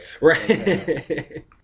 right